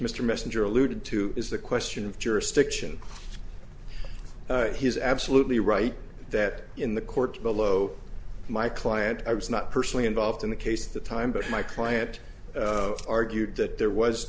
mr messenger alluded to is the question of jurisdiction and he's absolutely right that in the court below my client i was not personally involved in the case that time but my client argued that there was